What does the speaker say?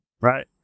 right